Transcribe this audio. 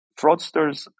Fraudsters